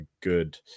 good